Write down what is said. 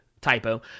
typo